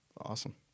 awesome